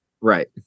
Right